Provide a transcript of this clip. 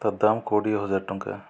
ତା ଦାମ କୋଡ଼ିଏ ହଜାର ଟଙ୍କା